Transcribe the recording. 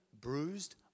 bruised